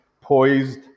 poised